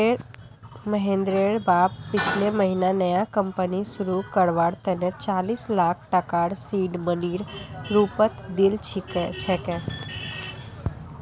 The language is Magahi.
महेंद्रेर बाप पिछले महीना नया कंपनी शुरू करवार तने चालीस लाख टकार सीड मनीर रूपत दिल छेक